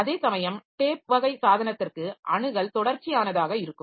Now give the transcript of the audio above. அதேசமயம் டேப் வகை சாதனத்திற்கு அணுகல் தொடர்ச்சியானதாக இருக்கும்